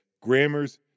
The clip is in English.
grammars